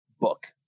book